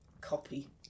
copy